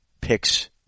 picks